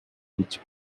which